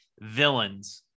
Villains